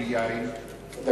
של יין?